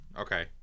Okay